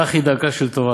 כך היא דרכה של תורה,